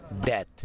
death